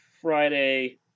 Friday